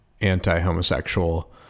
anti-homosexual